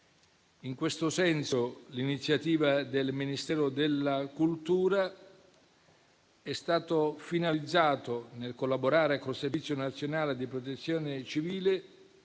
In questo senso, l'iniziativa del Ministero della cultura è stata finalizzata, nel collaborare con il Servizio nazionale di Protezione civile,